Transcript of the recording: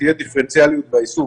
שתהיה דיפרנציאליות ביישום.